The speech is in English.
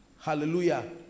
Hallelujah